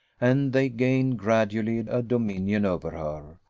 and they gained gradually a dominion over her,